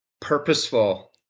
purposeful